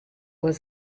was